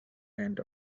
end